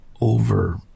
Over